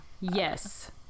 yes